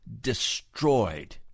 destroyed